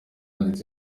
ndetse